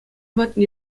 патне